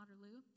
Waterloo